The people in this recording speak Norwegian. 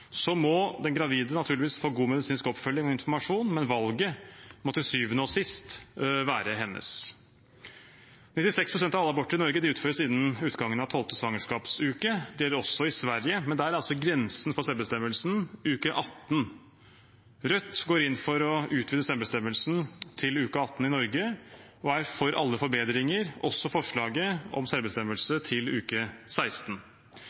Den gravide må naturligvis få god medisinsk oppfølging og informasjon, men valget må til syvende og sist være hennes. 96 pst. av alle aborter i Norge utføres innen utgangen av 12. svangerskapsuke. Det gjelder også i Sverige, men der er altså grensen for selvbestemmelse uke 18. Rødt går inn for å utvide selvbestemmelsen til uke 18 i Norge og er for alle forbedringer, også forslaget om selvbestemmelse til uke 16.